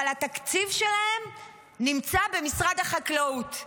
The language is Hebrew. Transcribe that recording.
אבל התקציב שלהם נמצא במשרד החקלאות.